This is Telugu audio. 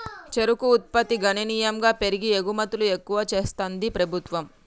చెరుకు ఉత్పత్తి గణనీయంగా పెరిగి ఎగుమతులు ఎక్కువ చెస్తాంది ప్రభుత్వం